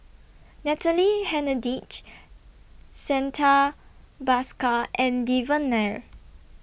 Natalie Hennedige Santha Bhaskar and Devan Nair